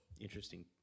interesting